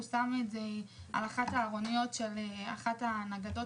שם את זה על אחד הארוניות של אחת הנגדות